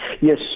Yes